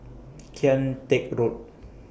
Kian Teck Road